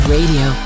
Radio